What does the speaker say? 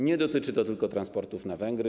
Nie dotyczy to tylko transportów na Węgry.